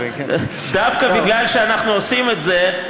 דווקא בגלל שאנחנו עושים את זה,